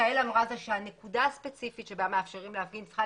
גאל אמרה שהנקודה הספציפית בה מאפשרים להפגין צריכה